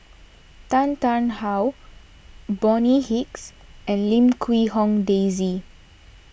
Tan Tarn How Bonny Hicks and Lim Quee Hong Daisy